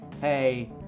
Hey